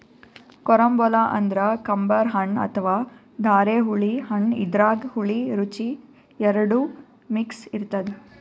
carambola ಅಂದ್ರ ಕಂಬರ್ ಹಣ್ಣ್ ಅಥವಾ ಧಾರೆಹುಳಿ ಹಣ್ಣ್ ಇದ್ರಾಗ್ ಹುಳಿ ರುಚಿ ಎರಡು ಮಿಕ್ಸ್ ಇರ್ತದ್